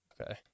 okay